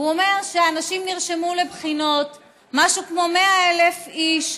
הוא אומר שנרשמו לבחינות משהו כמו 100,000 איש,